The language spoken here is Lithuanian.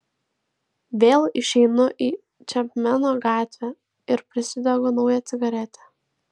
vėl išeinu į čepmeno gatvę ir prisidegu naują cigaretę